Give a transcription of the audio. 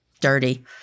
dirty